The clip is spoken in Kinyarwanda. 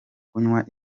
kunywa